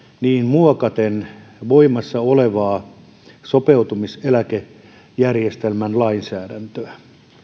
muokaten voimassa olevaa sopeutumiseläkejärjestelmän lainsäädäntöä